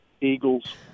Eagles